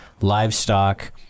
livestock